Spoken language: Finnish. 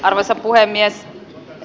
arvoisa puhemies